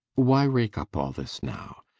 why rake up all this now?